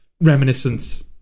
reminiscence